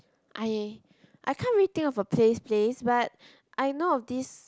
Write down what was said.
I I can't really think of a place place but I know of this